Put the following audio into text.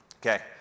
Okay